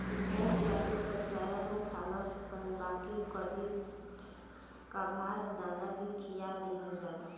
भेड़ ज्यादे त चारा ही खालनशन बाकी कभी कभार दाना भी खिया दिहल जाला